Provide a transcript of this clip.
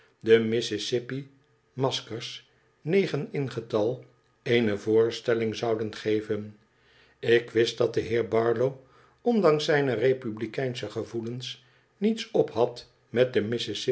de mississippi maskers negen in getal eene voorstelling zouden geven ik wist dat de heer barlow ondanks zijne republikeinsche gevoelens niets op had met de